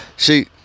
See